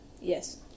Yes